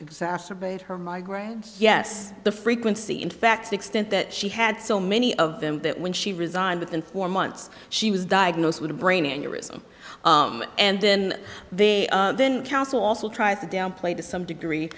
exacerbate her migraine yes the frequency in fact extent that she had so many of them that when she resigned within four months she was diagnosed with a brain aneurysm and then they then council also tried to downplay to some degree